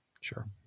Sure